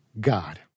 God